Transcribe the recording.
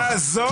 תודה.